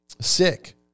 sick